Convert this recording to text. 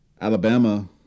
Alabama